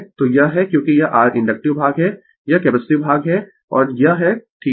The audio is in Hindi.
तो यह है क्योंकि यह r इंडक्टिव भाग है यह कैपेसिटिव भाग है और यह है ठीक है